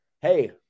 hey